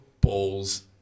balls